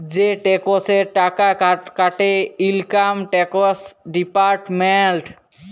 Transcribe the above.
যে টেকসের টাকা কাটে ইলকাম টেকস ডিপার্টমেল্ট